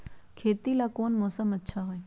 खेती ला कौन मौसम अच्छा होई?